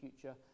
future